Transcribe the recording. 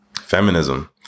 feminism